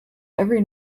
every